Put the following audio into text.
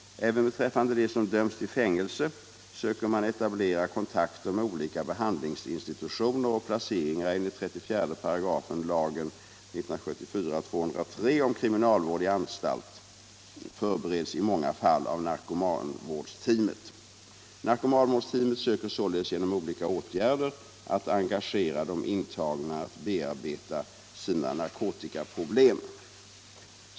Även beträffande dem som dömts till fängelse söker man etablera kontakter med olika behandlingsinstitutioner, och placeringar enligt 34 § lagen om kriminalvård i anstalt förbereds i många fall av narkomanvårdsteamet. Narkomanvårdsteamet söker således genom olika åtgärder att engagera de intagna att bearbeta sina narkotikaproblem.